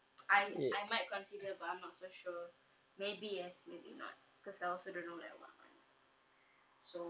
I I might consider but I'm not so sure maybe yes maybe not because I also don't know like what I want so